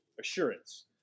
assurance